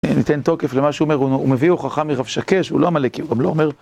ניתן תוקף למה שהוא אומר, הוא מביא הוכחה מרבשקש, הוא לא עמלקי, הוא גם לא אומר...